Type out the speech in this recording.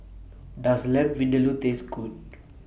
Does Lamb Vindaloo Taste Good